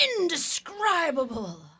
indescribable